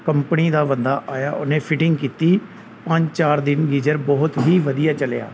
company ਦਾ ਬੰਦਾ ਆਇਆ ਉਹਨੇ ਫਿਟਿੰਗ ਕੀਤੀ ਪੰਜ ਚਾਰ ਦਿਨ ਗੀਜ਼ਰ ਬਹੁਤ ਹੀ ਵਧੀਆ ਚੱਲਿਆ